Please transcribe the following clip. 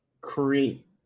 create